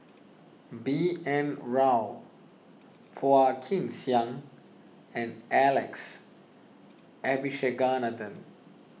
B N Rao Phua Kin Siang and Alex Abisheganaden